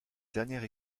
dernière